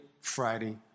Friday